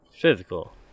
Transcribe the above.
physical